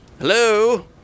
Hello